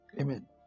Amen